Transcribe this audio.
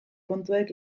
kontuek